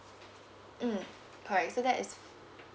mm correct so that is